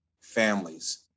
families